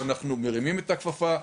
אנחנו מרימים את הכפפה.